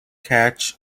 cache